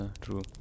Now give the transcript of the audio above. true